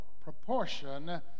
proportion